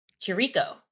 Chirico